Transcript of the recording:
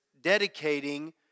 dedicating